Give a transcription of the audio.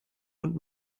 und